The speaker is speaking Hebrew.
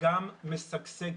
וגם משגשגת.